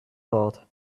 thought